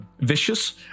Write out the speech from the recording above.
vicious